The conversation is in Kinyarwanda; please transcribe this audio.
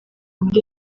muri